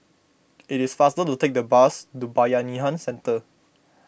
it is faster to take the bus to Bayanihan Centre